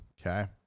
Okay